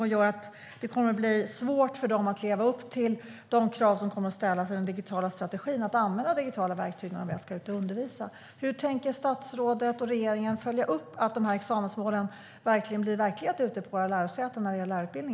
Det gör att det kommer att bli svårt för dem att leva upp till de krav som kommer att ställas i den digitala strategin när det gäller att använda digitala verktyg när de väl ska ut och undervisa. Hur tänker statsrådet och regeringen följa upp att dessa examensmål blir verklighet i lärarutbildningen ute på våra lärosäten?